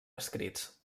escrits